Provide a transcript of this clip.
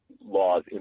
laws